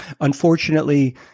Unfortunately